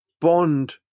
Bond